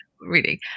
reading